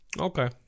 Okay